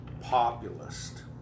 populist